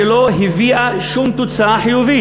שלא הביאה שום תוצאה חיובית,